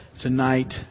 tonight